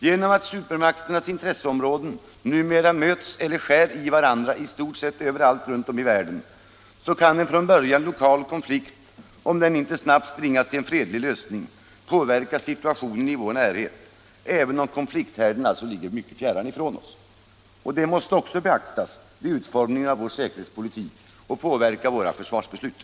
Genom att supermakternas intresseområden numera möts eller skär i varandra i stort sett överallt runt om i världen, så kan en från början lokal konflikt, om den inte snabbt nog löses på fredlig väg, påverka situationen i vår närhet även om konflikthärden ligger mycket fjärran. Detta måste också beaktas vid utformningen av vår säkerhetspolitik och påverka våra försvarsbeslut.